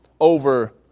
over